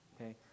okay